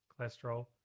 cholesterol